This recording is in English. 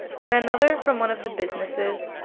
then another from one of the businesses.